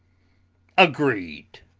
agreed!